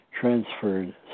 transferred